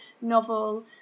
novel